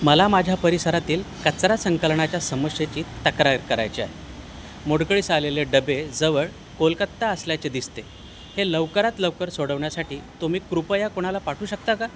मला माझ्या परिसरातील कचरा संकलनाच्या समस्येची तक्रार करायची आहे मोडकळीस आलेले डबे जवळ कोलकत्ता असल्याचे दिसते हे लवकरात लवकर सोडवण्यासाठी तुम्ही कृपया कुणाला पाठवू शकता का